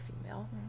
female